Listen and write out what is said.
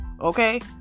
okay